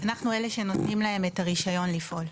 אנחנו אלה שנותנים להם את הרישיון לפעול.